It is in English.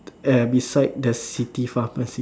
err beside the city pharmacy